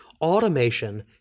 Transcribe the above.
automation